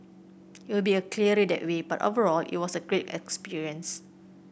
it will be a clearer that way but overall it was a great experience